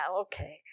okay